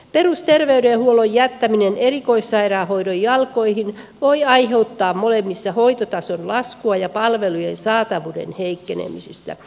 perusterveydenhuollon jättäminen erikoissairaanhoidon jalkoihin voi aiheuttaa molemmissa hoitotason laskua ja palvelujen saatavuuden heikkenemistä